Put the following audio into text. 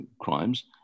crimes